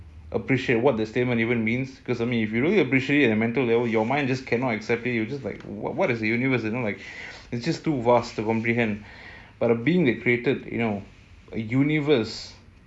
appreciate what the statement even means because I mean if we really appreciate the mental level your mind just cannot accept it you're just like what what is the universe you know like it's just too vast to comprehend but a being that created you know a universe and like